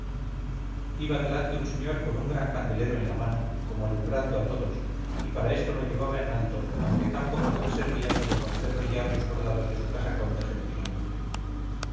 iba delante un señor con un gran candelero en la mano como alumbrando a todos y para esto lo llevaba en alto aunque tan poca luz servía sólo para hacer brillar los bordados de su casacón de